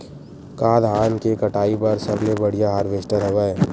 का धान के कटाई बर सबले बढ़िया हारवेस्टर हवय?